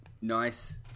nice